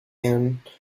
and